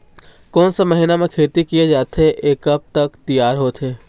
कोन सा महीना मा खेती किया जाथे ये कब तक तियार होथे?